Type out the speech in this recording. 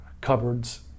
cupboards